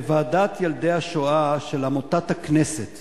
בוועדת ילדי השואה של עמותת הכנסת